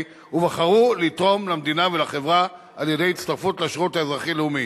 ובחרו לתרום למדינה ולחברה על-ידי הצטרפות לשירות האזרחי-לאומי.